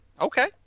Okay